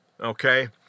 okay